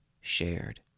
shared